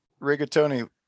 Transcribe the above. Rigatoni